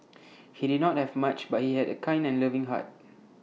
he did not have much but he had A kind and loving heart